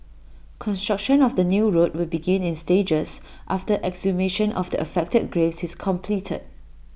construction of the new road will begin in stages after exhumation of the affected graves is completed